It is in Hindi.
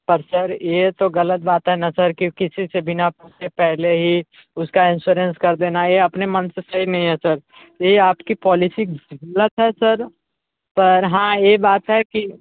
पर सर ये तो गलत बात है ना सर कि किसी से बिना पूछे पहले ही उसका इन्षुरेन्स कर देना है ये अपने मन से सही नहीं है सर ये आपकी पॉलिसी गलत है सर पर हाँ ये बात है की